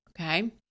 okay